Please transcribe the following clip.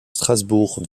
strasbourg